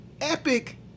epic